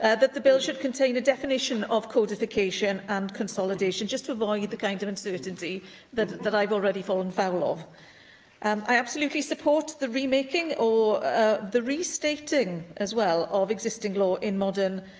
and that the bill should contain a definition of codification and consolidation just to avoid the kind of uncertainty that i've already fallen foul of and i absolutely support the remaking, or the restating as well, of existing law in modern